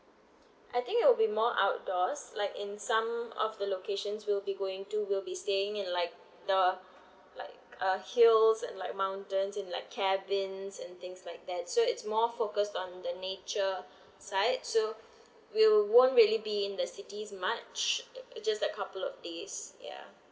I think it'll be more outdoors like in some of the locations will be going to we'll be staying in like the like uh hills and like mountains and like cabins and things like that so it's more focus on the nature side so will won't really be in the cities much it~ it's just like couple of days ya